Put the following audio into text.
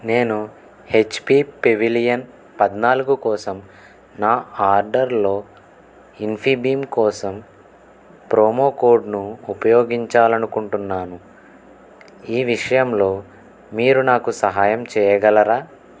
నేను HP Pavilion పద్నాలుగు కోసం నా ఆర్డర్లో ఇన్ఫీబీమ్ కోసం ప్రోమోకోడ్ను ఉపయోగించాలనుకుంటున్నాను ఈ విషయంలో మీరు నాకు సహాయం చెయ్యగలరా